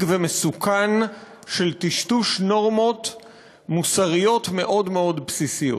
ומסוכן של טשטוש נורמות מוסריות מאוד מאוד בסיסיות.